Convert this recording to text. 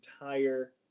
entire